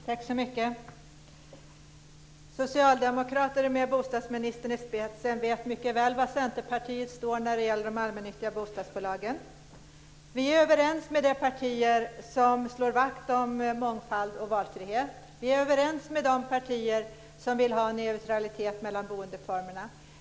Fru talman! Socialdemokrater med bostadsministern i spetsen vet mycket väl var Centerpartiet står när det gäller de allmännyttiga bostadsbolagen. Vi är överens med de partier som slår vakt om mångfald och valfrihet. Vi är överens med de partier som vill ha neutralitet mellan boendeformerna.